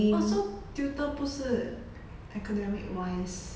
oh so tutor 不是 academic wise